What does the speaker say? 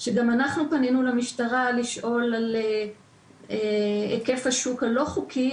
שגם אנחנו פנינו למשטרה לשאול על היקף השוק הלא חוקי,